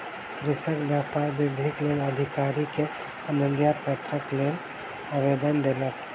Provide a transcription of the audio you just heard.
कृषक व्यापार वृद्धिक लेल अधिकारी के अनुज्ञापत्रक लेल आवेदन देलक